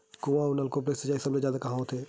कुआं अउ नलकूप से सिंचाई सबले जादा कहां होथे?